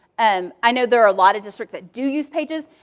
and i know there are a lot of districts that do use pages.